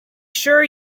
sure